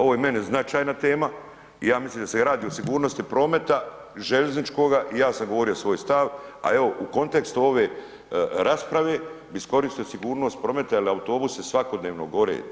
Ovo je meni značajna tema i ja mislim da se radi o sigurnosti prometa željezničkoga i ja sam govorio svoj stav, a evo u kontekstu ove rasprave bi iskoristio sigurnost prometa jel autobusi svakodnevno gore.